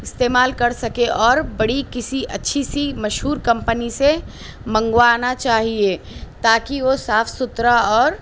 استعمال کر سکے اور بڑی کسی اچھی سی مشہور کمپنی سے منگوانا چاہیے تاکہ وہ صاف ستھرا اور